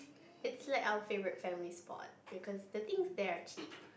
it's like our favourite family spot because the things there are cheap